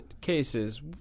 cases